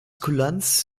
kulanz